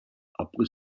après